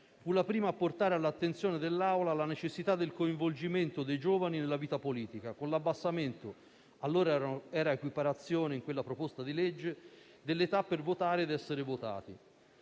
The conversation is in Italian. fu la prima a portare all'attenzione dell'Aula la necessità del coinvolgimento dei giovani nella vita politica, con l'abbassamento - in quella proposta di legge si